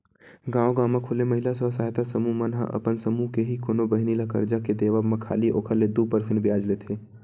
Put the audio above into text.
गांव गांव म खूले महिला स्व सहायता समूह मन ह अपन समूह के ही कोनो बहिनी ल करजा के देवब म खाली ओखर ले दू परसेंट बियाज लेथे